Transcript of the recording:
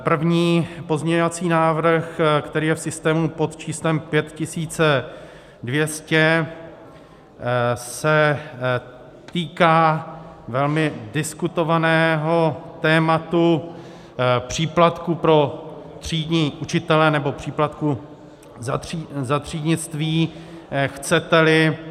První pozměňovací návrh, který je v systému pod číslem 5200, se týká velmi diskutovaného tématu příplatku pro třídní učitele, nebo příplatku za třídnictví, chceteli.